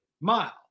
mile